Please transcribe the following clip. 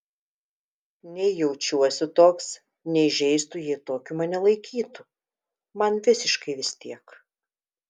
nei jaučiuosi toks nei žeistų jei tokiu mane laikytų man visiškai vis tiek